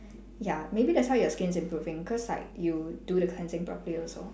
ya maybe that's why your skin is improving cause like you do the cleansing properly also